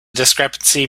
discrepancy